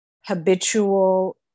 habitual